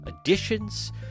additions